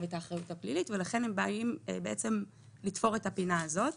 את האחריות הפלילית ולכן הם באים לתפור את הפינה הזאת.